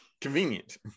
convenient